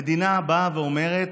המדינה באה ואומרת: